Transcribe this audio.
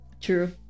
True